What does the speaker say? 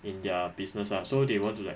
in their business lah so they want to like